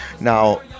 Now